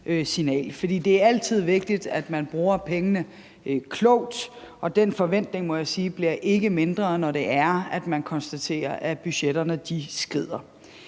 det er altid vigtigt, at man bruger pengene klogt, og den forventning bliver ikke mindre, må jeg sige,